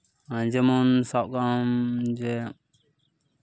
ᱡᱮᱢᱚᱱ ᱥᱟᱵ ᱠᱟᱜ ᱟᱢ ᱡᱮ